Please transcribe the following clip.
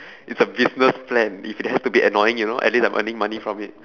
it's a business plan if it has to be annoying you know at least I'm earning money from it